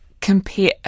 compare